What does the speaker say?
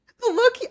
Look